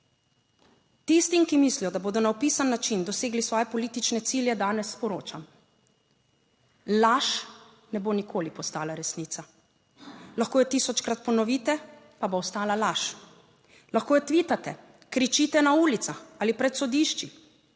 Tistim, ki mislijo, da bodo na opisan način dosegli svoje politične cilje, danes sporočam: laž ne bo nikoli postala resnica, lahko jo tisočkrat ponovite, pa bo ostala laž. Lahko jo tvitate, kričite na ulicah ali pred sodišči,